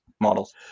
models